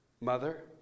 mother